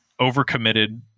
overcommitted